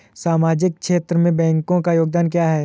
सामाजिक क्षेत्र में बैंकों का योगदान क्या है?